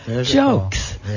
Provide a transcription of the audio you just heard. jokes